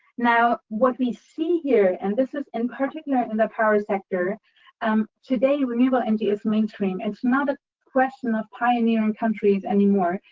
now, what we see here and this is in particular in the power sector um today, renewable energy is mainstream. it's not a question of pioneering countries anymore.